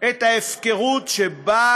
את ההפקרות שבה